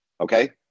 okay